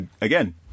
again